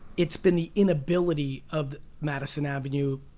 it's been the inability of madison avenue,